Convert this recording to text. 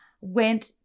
went